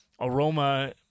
Aroma